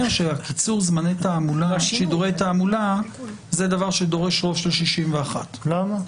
שקיצור שידורי התעמולה דורש רוב של 61. למה?